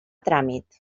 tràmit